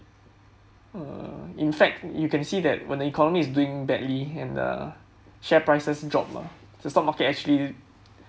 err in fact you can see that when the economy is doing badly and the share prices drop ah the stock market actually